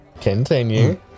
Continue